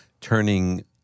turning